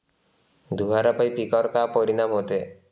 धुवारापाई पिकावर का परीनाम होते?